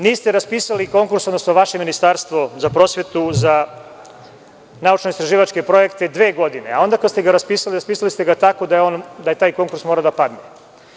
Niste raspisali konkurs, odnosno vaše Ministarstvo za prosvetu za naučno-istraživačke projekte dve godine, a onda kada ste ga raspisali, raspisali ste ga tako da je taj konkurs morao da padne.